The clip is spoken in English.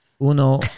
uno